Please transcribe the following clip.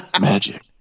magic